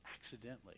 accidentally